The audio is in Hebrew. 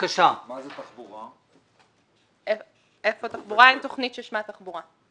אין תוכנית ששמה תחבורה.